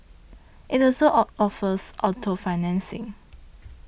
it also or offers auto financing